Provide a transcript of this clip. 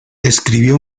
escribió